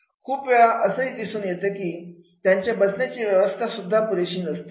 खूप वेळा असंही दिसून येते की त्यांच्या बसण्याची व्यवस्था सुद्धा पुरेशी नसते